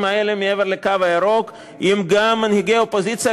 האלה מעבר לקו הירוק אם גם מנהיגי אופוזיציה,